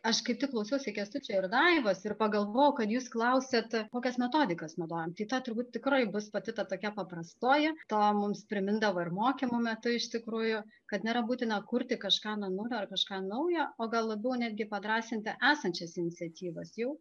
aš kaip tik klausausi kęstučio ir daivos ir pagalvojau kad jūs klausėte kokias metodikas naudojam tai ta turbūt tikrai bus pati ta tokia paprastoji tą mums primindavo ir mokymo metu iš tikrųjų kad nėra būtina kurti kažką nuo nulio ar kažką naujo o gal labiau netgi padrąsinti esančias iniciatyvas jau